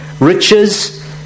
riches